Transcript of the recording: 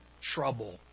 trouble